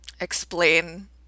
explain